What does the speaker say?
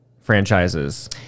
franchises